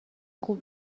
خوب